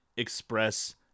Express